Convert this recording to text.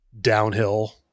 downhill